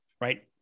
right